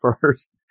first